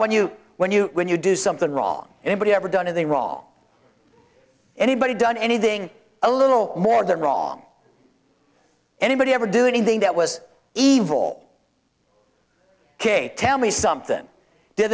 when you when you when you do something wrong anybody ever done in the wrong anybody done anything a little more than wrong anybody ever do anything that was evil ok tell me something